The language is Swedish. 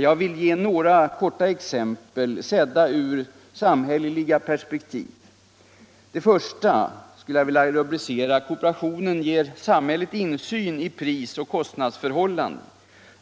Jag vill lämna några exempel sedda ur samhälleligt perspektiv. Det första skulle jag vilja förse med följande rubrik: Kooperationen ger samhället insyn i prisoch kostnadsförhållanden.